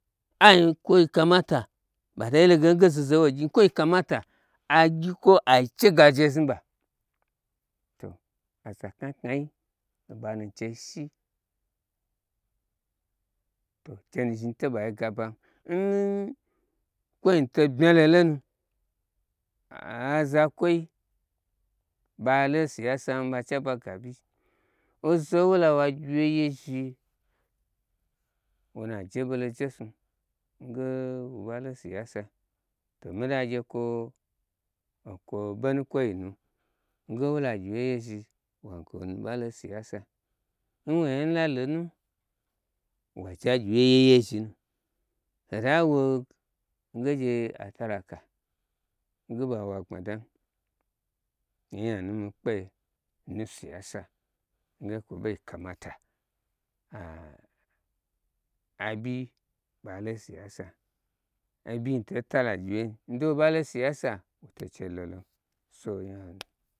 kmo kamata ɓata yeloge zozoyi wogyi kwoin kamata ai gyi kwo ai che gaje znuɓa to aza knai knai oɓanu nchei shi to chenu zhni to ɓei ga a ban n kwoin to bmya lo lonu aza kwoi ɓalo siyasam ɓa che aba ga, aɓyi oza n wola wa gyi wye ye zhni wonu a jebeto n jesnu nge wobalo siyasa to omi da gye kwo okwo ɓonu kwoi nu. Oza nwo la gyi wye ye zhni wagna owonu ɓa lo siyasa nwonyi talonu waje agyiwye yeye zhinu hota wo nge gye atalaka nge ɓawo gbmadam onyanu nmi kpeye nsiyasa nge kwo ɓei kamata abyi balo siyasa obyi nyi to tala nagyi wuyei ndei wo ɓalo siyasa atolou so onyainu